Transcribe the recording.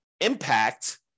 impact